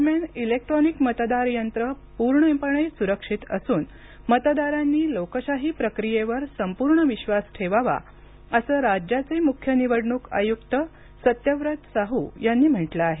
दरम्यान इलेक्ट्रॉनिक मतदार यंत्रं पूर्णपणे सुरक्षित असून मतदारांनी लोकशाही प्रक्रियेवर संपूर्ण विश्वास ठेवावा असं राज्याचे मुख्य निवडणूक आयुक्त सत्यव्रत साहू यांनी म्हटलं आहे